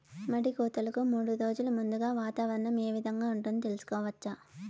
మడి కోతలకు మూడు రోజులు ముందుగా వాతావరణం ఏ విధంగా ఉంటుంది, తెలుసుకోవచ్చా?